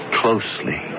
closely